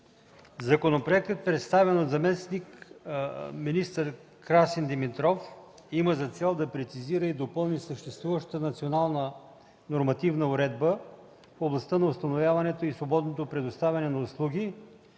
Законопроектът, представен от заместник-министър Красин Димитров, има за цел да прецизира и допълни съществуващата национална нормативна уредба в областта на установяването и свободното предоставяне на услуги,